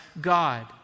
God